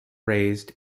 raised